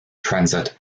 transit